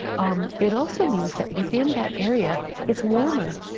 um it also means that within that area it's warmer,